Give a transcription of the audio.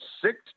six